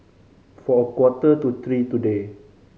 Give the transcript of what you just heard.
for a quarter to three today